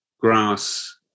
grass